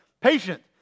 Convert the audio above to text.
Patient